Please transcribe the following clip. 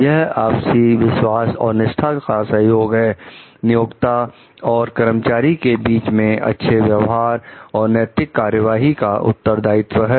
यह आपसी विश्वास और निष्ठा का सहयोग है नियोक्ता और कर्मचारी के बीच में अच्छे व्यवहार और नैतिक कार्यवाही का उत्तरदायित्व है